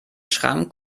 schrank